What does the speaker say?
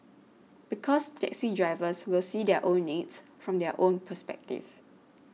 because taxi drivers will see their own needs from their own perspective